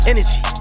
Energy